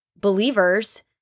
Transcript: believers